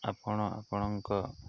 ଆପଣ ଆପଣଙ୍କ